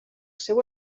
seu